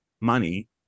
money